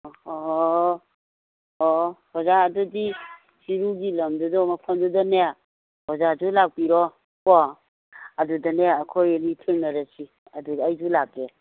ꯑꯣ ꯑꯣ ꯑꯣꯖꯥ ꯑꯗꯨꯗꯤ ꯆꯤꯔꯨꯒꯤ ꯂꯝꯗꯨꯗ ꯃꯐꯝꯗꯨꯗꯅꯦ ꯑꯣꯖꯥꯁꯨ ꯂꯥꯛꯄꯤꯔꯣ ꯀꯣ ꯑꯗꯨꯗꯅꯦ ꯑꯩꯈꯣꯏ ꯑꯅꯤ ꯊꯦꯡꯅꯔꯁꯤ ꯑꯗꯨꯗ ꯑꯩꯁꯨ ꯂꯥꯛꯀꯦ